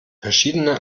verschiedene